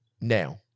Now